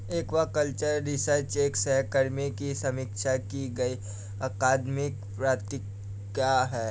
aquaculture research एक सहकर्मी की समीक्षा की गई अकादमिक पत्रिका है